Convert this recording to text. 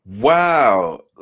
Wow